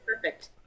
perfect